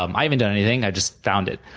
um i haven't done anything. i've just found it,